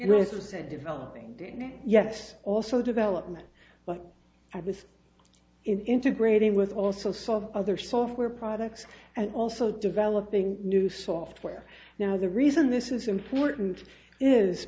said developing yes also development but i with integrating with also some other software products and also developing new software now the reason this is important is